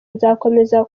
nzakomeza